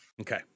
Okay